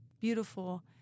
beautiful